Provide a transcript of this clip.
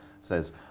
says